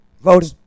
Voting